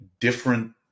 different